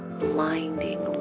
blinding